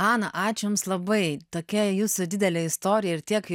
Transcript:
ana ačiū jums labai tokia jūsų didelė istorija ir tiek